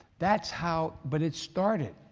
that's how, but it started.